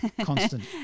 constant